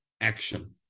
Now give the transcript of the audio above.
action